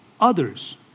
others